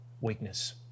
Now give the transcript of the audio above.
weakness